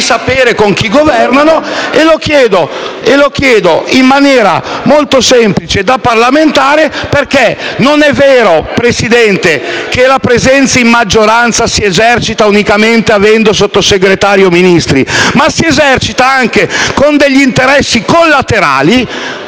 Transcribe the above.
ansia, con chi governano. Lo chiedo, in maniera molto semplice, da parlamentare, perché non è vero, signor Presidente, che la presenza in maggioranza si esercita unicamente avendo Sottosegretari o Ministri. Si esercita anche con degli interessi collaterali,